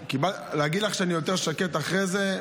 להגיד לך שאני יותר שקט אחרי זה?